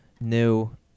new